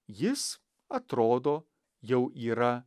jis atrodo jau yra